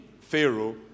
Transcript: Pharaoh